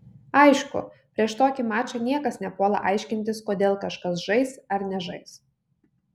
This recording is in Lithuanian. aišku prieš tokį mačą niekas nepuola aiškintis kodėl kažkas žais ar nežais